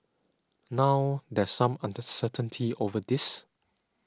now there's some uncertainty over this